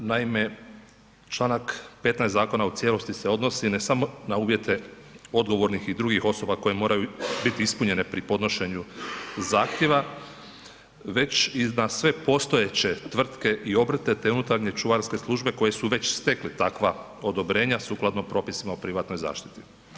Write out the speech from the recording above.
Naime, članak 15. zakona u cijelosti se odnosi ne samo na uvjete odgovornih i drugih osoba koje moraju biti ispunjene pri podnošenju zahtjeva već i na sve postojeće tvrtke i obrte te unutarnje čuvarske službe koje su već stekle takva odobrenja sukladno propisima u privatnoj zaštiti.